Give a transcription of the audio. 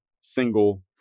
single